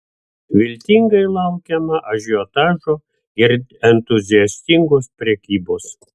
viltingai laukiama ažiotažo ir entuziastingos prekybos